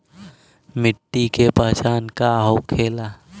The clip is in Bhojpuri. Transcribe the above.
मिट्टी के पहचान का होखे ला?